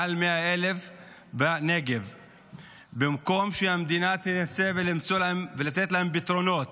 מעל 100,000. במקום שהמדינה תנסה לתת להם פתרונות,